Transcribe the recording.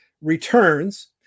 Returns